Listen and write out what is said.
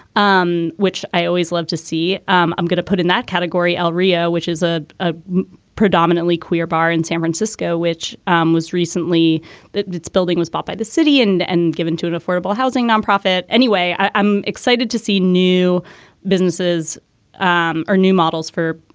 um which i always love to see um i'm going to put in that category area, which is a ah predominantly queer bar in san francisco, which um was recently that its building was bought by the city and and given to an affordable housing nonprofit. anyway, i'm excited to see new businesses um or new models for,